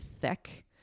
thick